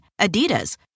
Adidas